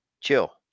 chill